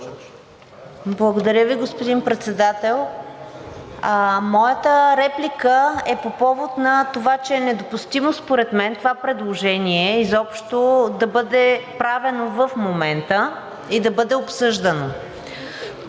Благодаря Ви, господин Председател. Моята реплика е по повод на това, че е недопустимо според мен това предложение изобщо да бъде правено в момента и да бъде обсъждано.